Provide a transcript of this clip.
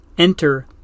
Enter